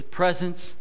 presence